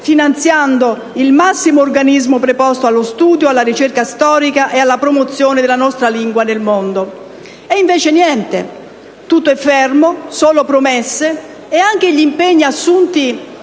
finanziare il massimo organismo preposto allo studio, alla ricerca storica e alla promozione della nostra lingua nel mondo. E invece niente. Tutto è fermo. Solo promesse. Anche gli impegni assunti